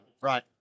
Right